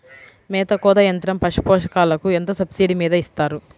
మేత కోత యంత్రం పశుపోషకాలకు ఎంత సబ్సిడీ మీద ఇస్తారు?